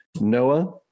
noah